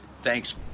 thanks